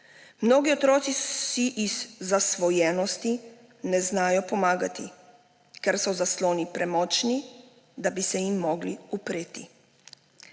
Mnogi otroci si iz zasvojenosti ne znajo pomagati, ker so zasloni premočni, da bi se jim mogli upreti.